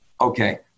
okay